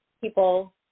people